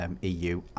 EU